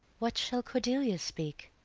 what shall cordelia speak?